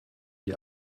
die